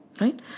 right